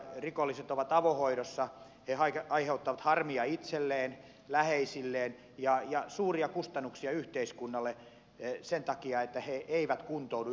rikolliset ovat avohoidossa ja aiheuttavat harmia itselleen läheisilleen ja suuria kustannuksia yhteiskunnalle sen takia että he eivät kuntoudu yhteiskuntakelpoisiksi